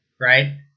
right